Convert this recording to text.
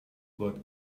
got